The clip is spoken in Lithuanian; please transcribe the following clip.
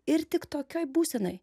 ir tik tokioj būsenoj